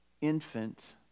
infant